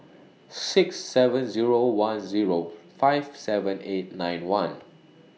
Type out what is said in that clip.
six seven Zero one Zero five seven eight nine one